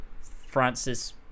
Francis